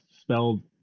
spelled